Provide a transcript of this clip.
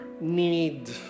need